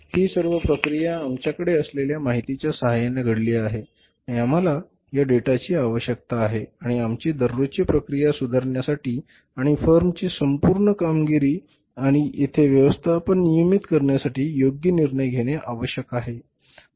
ही सर्व प्रक्रिया आमच्याकडे असलेल्या माहितीच्या सहाय्याने घडली आहे आणि आम्हाला या डेटाची आवश्यकता आहे आणि आमची दररोजची प्रक्रिया सुधारण्यासाठी आणि फर्मची संपूर्ण कामगिरी आणि येथे व्यवस्थापन नियमित करण्यासाठी योग्य निर्णय घेणे आवश्यक आहे